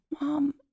Mom